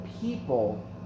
people